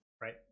Right